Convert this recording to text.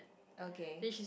okay